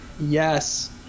Yes